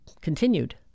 continued